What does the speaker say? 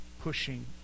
pushing